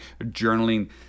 journaling